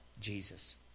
Jesus